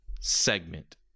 segment